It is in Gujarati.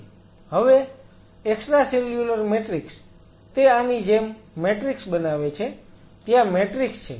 હવે એક્સ્ટ્રાસેલ્યુલર મેટ્રિક્સ તે આની જેમ મેટ્રિક્સ બનાવે છે ત્યાં મેટ્રિક્સ છે